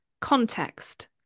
context